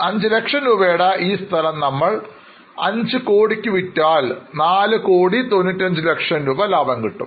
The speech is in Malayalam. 5 ലക്ഷം രൂപയുടെ ഈ സ്ഥലം നമ്മൾ 5 കോടിക്ക് വിറ്റാൽ 4 കോടി 95 ലക്ഷം രൂപ ലാഭം കിട്ടും